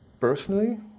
Personally